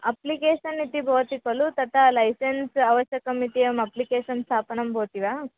application इति भवति खलु तथा लैसेन्स् अवश्यकम् इति अहम् अप्लिकेशन् स्थापनं भवति वा